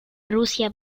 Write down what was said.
rusia